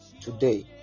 today